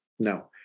No